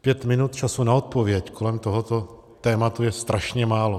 Pět minut času na odpověď kolem tohoto tématu je strašně málo.